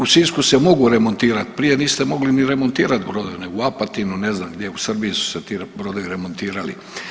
U Sisku se mogu remontirati, prije niste mogli ni remontirati brodove, nego u Apatinu, ne znam gdje u Srbiji su se ti brodovi remontirali.